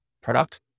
product